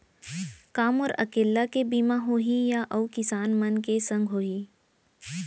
का मोर अकेल्ला के बीमा होही या अऊ किसान मन के संग होही?